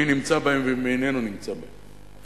מי נמצא בהם ומי איננו נמצא בהם.